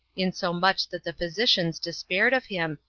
insomuch that the physicians despaired of him,